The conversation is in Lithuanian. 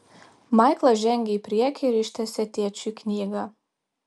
maiklas žengė į priekį ir ištiesė tėčiui knygą